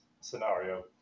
scenario